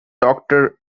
doctor